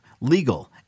legal